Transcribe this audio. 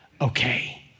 Okay